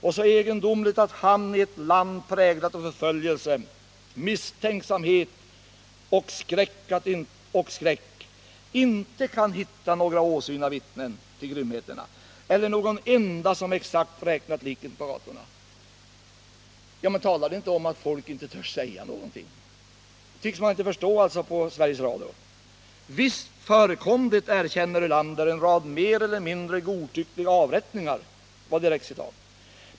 Och så egendomligt att han i ett land, präglat av förföljelse, misstänksamhet och skräck inte kan hitta några åsyna vittnen till grymheterna. Eller någon enda som exakt räknat liken på gatorna.” — Talar inte det om att folk inte törs säga någonting? Det tycks man inte förstå på Sveriges radio. von Platens artikel fortsätter: ”Visst förekom det, erkänner Ölander, ”en rad mer eller mindre godtyckliga avrättningar.